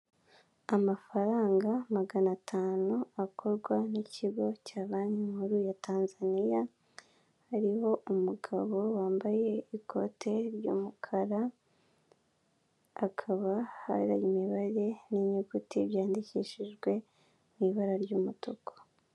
Amafaranga maganatanu akorwa n'ikigo cya banki nkuru ya Tanzania, hariho umugabo wambaye ikote ry'umukara, akaba hari imibare n'inyuguti byandikishijwe mu ibara ry'umutuku.